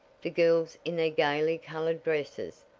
the girls in their gaily-colored dresses,